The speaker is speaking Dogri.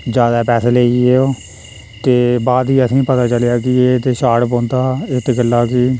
ज्यादा पैसे लेई गेआ ओह् ते बाद च असेंई पता चलेआ कि एह ते असेें शार्ट पौंदा हा इत्त गल्ला कि